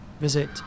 visit